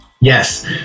Yes